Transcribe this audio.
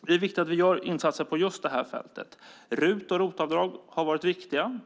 Det är viktigt att vi gör insatser på just det här området. RUT och ROT-avdrag har varit viktiga